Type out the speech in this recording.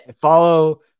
follow